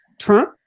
Trump